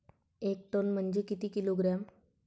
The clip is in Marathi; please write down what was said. एक टन म्हनजे किती किलोग्रॅम?